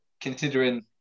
considering